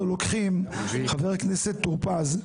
חבר הכנסת טור פז,